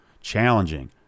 challenging